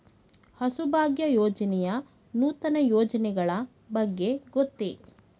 ಹಸುಭಾಗ್ಯ ಯೋಜನೆಯ ನೂತನ ಯೋಜನೆಗಳ ಬಗ್ಗೆ ಗೊತ್ತೇ?